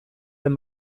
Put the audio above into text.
den